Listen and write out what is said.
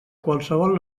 qualsevol